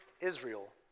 Israel